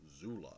Zula